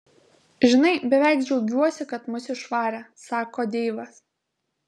žinai beveik džiaugiuosi kad mus išvarė sako deivas